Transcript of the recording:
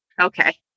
Okay